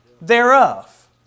thereof